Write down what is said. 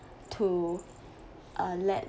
to uh let